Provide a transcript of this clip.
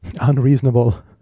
unreasonable